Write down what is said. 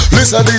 Listen